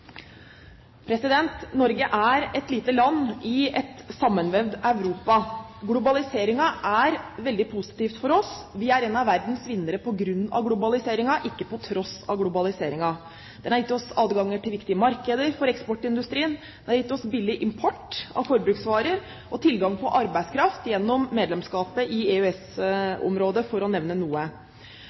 er en av verdens vinnere på grunn av globaliseringen, ikke på tross av globaliseringen. Den har gitt oss adgang til viktige markeder for eksportindustrien, den har gitt oss billig import av forbruksvarer og tilgang på arbeidskraft gjennom medlemskapet i EØS-området, for å nevne noe.